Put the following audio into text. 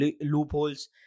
loopholes